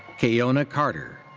keionna carter.